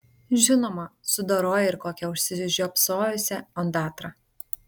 žinoma sudoroja ir kokią užsižiopsojusią ondatrą